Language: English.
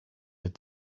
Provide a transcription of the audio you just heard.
had